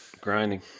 Grinding